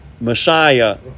Messiah